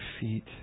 feet